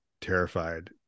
terrified